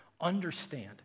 understand